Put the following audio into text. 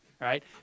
right